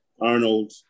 Arnold